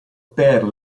père